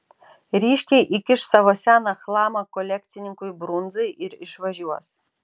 ryškiai įkiš savo seną chlamą kolekcininkui brunzai ir išvažiuos